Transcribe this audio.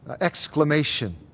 exclamation